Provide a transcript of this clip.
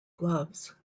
gloves